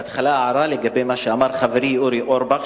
בהתחלה הערה לגבי מה שאמר חברי אורי אורבך,